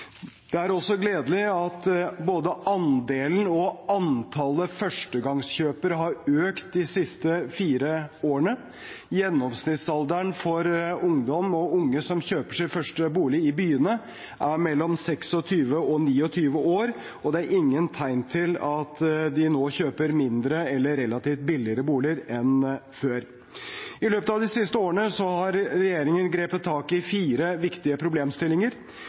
Det er også gledelig at både andelen og antallet førstegangskjøpere har økt de siste fire årene. Gjennomsnittsalderen for ungdom og unge som kjøper sin første bolig i byene, er mellom 26 og 29 år, og det er ingen tegn til at de nå kjøper mindre eller relativt billigere boliger enn før. I løpet av de siste årene har regjeringen grepet tak i fire viktige problemstillinger.